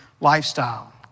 lifestyle